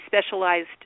specialized